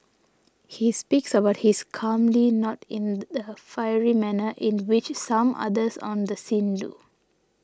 he speaks about this calmly not in the fiery manner in which some others on the scene do